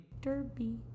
Derby